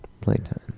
Playtime